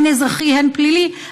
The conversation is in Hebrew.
הן אזרחי הן פלילי,